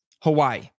Hawaii